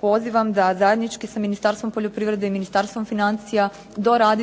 pozivam da zajednički sa Ministarstvom poljoprivrede i Ministarstvom financija doradite